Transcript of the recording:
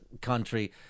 country